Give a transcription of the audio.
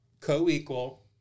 co-equal